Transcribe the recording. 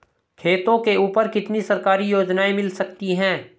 खेतों के ऊपर कितनी सरकारी योजनाएं मिल सकती हैं?